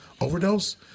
overdose